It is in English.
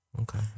Okay